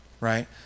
right